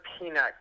peanut